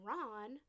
Ron